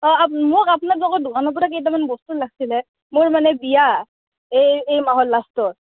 অঁ মোক আপোনালোকৰ দোকানৰ পৰা কেইটামান বস্তু লাগছিলে মোৰ মানে বিয়া এই এই মাহৰ লাষ্টত